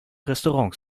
restaurants